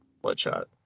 Bloodshot